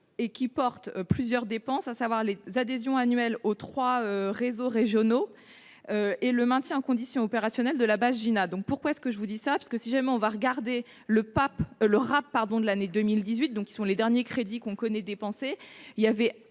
et qui porte plusieurs dépenses, à savoir les adhésion annuelle aux 3 réseaux régionaux et le maintien en condition opérationnelle de la base Gina donc pourquoi est ce que je vous dis ça, parce que si j'aime, on va regarder le pape le rap, pardon de l'année 2018, donc ils sont les derniers crédits qu'on connaît, dépenser,